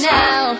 now